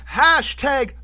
hashtag